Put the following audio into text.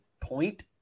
point